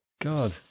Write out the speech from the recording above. God